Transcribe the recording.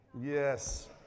Yes